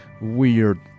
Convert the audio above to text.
weird